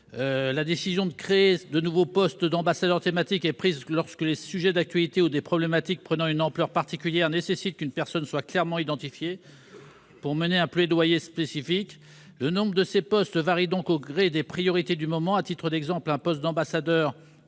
La décision de créer de nouveaux postes est prise lorsque des sujets d'actualité ou des problématiques prenant une ampleur particulière nécessitent qu'une personne soit clairement identifiée pour mener un plaidoyer spécifique. Le nombre de ces postes varie donc au gré des priorités du moment.